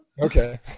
Okay